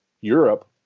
Europe